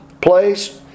place